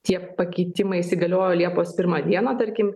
tie pakeitimai įsigaliojo liepos pirmą dieną tarkim